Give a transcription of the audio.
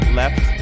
left